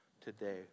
today